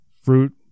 Fruit